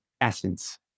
essence